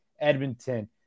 edmonton